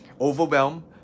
overwhelm